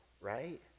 right